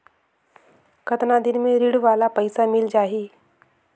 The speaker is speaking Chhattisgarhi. कतना दिन मे ऋण वाला पइसा मिल जाहि?